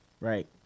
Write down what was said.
Right